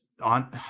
on